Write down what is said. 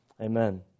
Amen